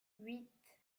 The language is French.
huit